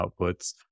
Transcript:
outputs